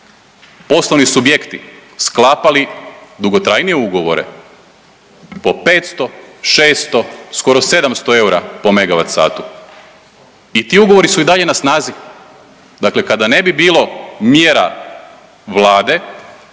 poslovni subjekti sklapali dugotrajnije ugovore po 500, 600, skoro 700 eura po megavat satu. I ti ugovori su i dalje na snazi. Dakle, kada ne bi bilo mjera Vlade